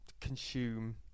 consume